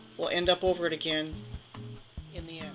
will end up over it again in the